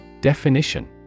Definition